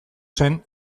zen